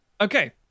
okay